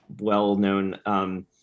well-known